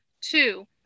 Two